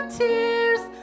tears